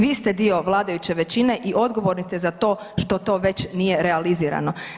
Vi ste dio vladajuće većine i odgovorni ste za to što to već nije realizirano.